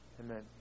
Amen